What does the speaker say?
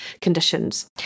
conditions